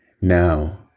now